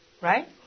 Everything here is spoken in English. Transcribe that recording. right